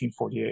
1948